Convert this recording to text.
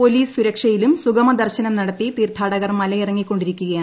police സുരക്ഷയിലും സുഗമദർശനം നടത്തി തീർത്ഥാടകർ മലയിറങ്ങിക്കൊ ണ്ടിരിക്കുകയാണ്